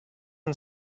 and